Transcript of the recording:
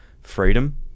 freedom